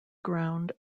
ground